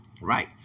Right